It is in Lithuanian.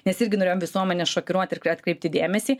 nes irgi norėjom visuomenę šokiruot ir atkreipti dėmesį